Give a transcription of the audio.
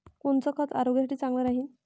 कोनचं खत आरोग्यासाठी चांगलं राहीन?